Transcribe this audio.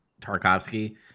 Tarkovsky